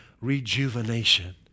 rejuvenation